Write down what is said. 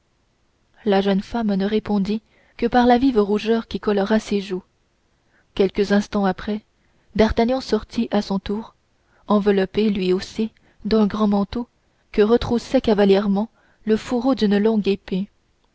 la jeune femme ne répondit que par la vive rougeur qui colora ses joues quelques instants après d'artagnan sortit à son tour enveloppé lui aussi d'un grand manteau que retroussait cavalièrement le fourreau d'une longue épée